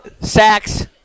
Sacks